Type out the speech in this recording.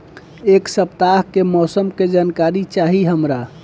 एक सपताह के मौसम के जनाकरी चाही हमरा